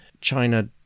China